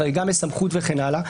חריגה מסמכות וכן הלאה,